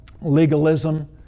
legalism